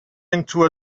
into